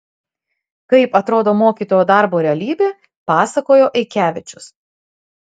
kaip atrodo mokytojo darbo realybė pasakojo eikevičius